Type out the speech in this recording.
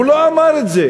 אבל הוא לא אמר את זה.